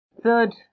Third